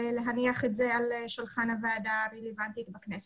ולהניח את זה על שולחן הוועדה הרלבנטית בכנסת.